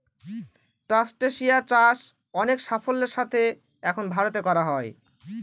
ট্রাস্টেসিয়া চাষ অনেক সাফল্যের সাথে এখন ভারতে করা হয়